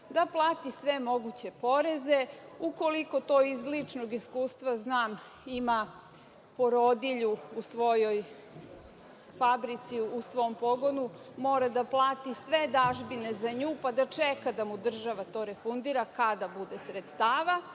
da plati sve moguće poreze, ukoliko, to iz ličnog iskustva znam, ima porodilju u svojoj fabrici, u svom pogonu, mora da plati sve dažbine za nju, pa da čeka da mu država to refundira kada bude sredstava,